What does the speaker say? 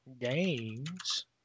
Games